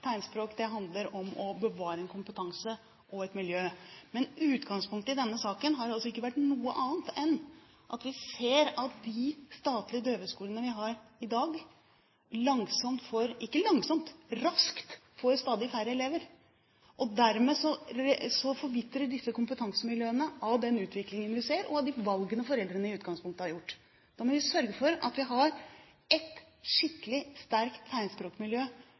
Tegnspråk handler om å bevare en kompetanse og et miljø. Men utgangspunktet i denne saken har altså ikke vært noe annet enn at vi ser at de statlige døveskolene vi har i dag, ikke langsomt, men raskt får færre elever. Derfor forvitrer disse kompetansemiljøene av den utviklingen vi ser og av de valgene foreldrene i utgangspunktet har tatt. Da må vi sørge for at vi har ett skikkelig sterkt tegnspråkmiljø